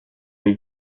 les